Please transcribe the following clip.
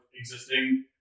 existing